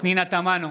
פנינה תמנו,